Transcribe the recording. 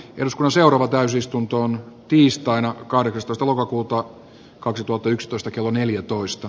josko seuraava täysistuntoon tiistaina kahdeksastoista lokakuuta kaksituhattayksitoista kello neljätoista